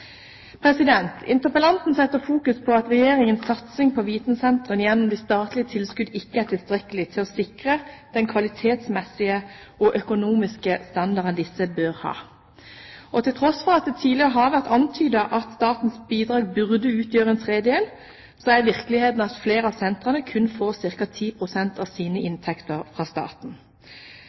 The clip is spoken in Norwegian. Interpellanten setter fokus på at Regjeringens satsing på vitensentrene gjennom statlige tilskudd ikke er tilstrekkelig til å sikre den kvalitetsmessige og økonomiske standarden disse bør ha. Til tross for at det tidligere har vært antydet at statens bidrag burde utgjøre en tredjedel, er virkeligheten at flere av sentrene kun får ca. 10 pst. av sine inntekter fra staten.